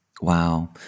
Wow